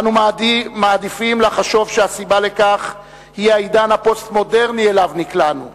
אנו מעדיפים לחשוב שהסיבה לכך היא העידן הפוסט-מודרני שאליו נקלענו.